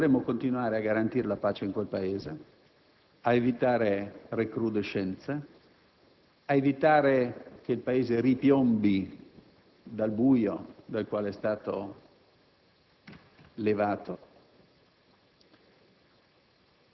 cioè se dovremmo continuare a garantire la pace in quel Paese, ad evitare recrudescenze, ad evitare che il Paese ripiombi nel buio dal quale è stato levato;